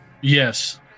Yes